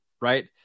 right